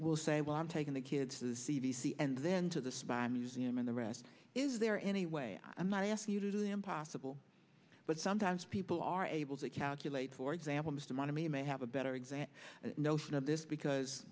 will say well i'm taking the kids to the c d c and then to the spy museum and the rest is there anyway i'm not asking you to do the impossible but sometimes people are able to calculate for example mr money may have a better exam notion of this because